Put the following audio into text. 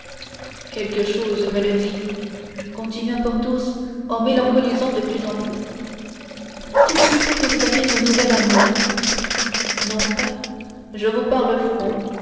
quelque chose me le dit continua porthos en mélancolisant de plus en plus dites plutôt que vous avez un nouvel amour non pas je vous parle franc